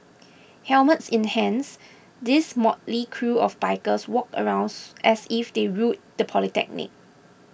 helmets in hands these motley crew of bikers walked around as if they ruled the polytechnic